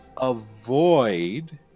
avoid